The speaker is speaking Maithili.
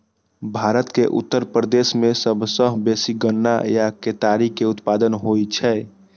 भारत के उत्तर प्रदेश मे सबसं बेसी गन्ना या केतारी के उत्पादन होइ छै